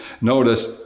Notice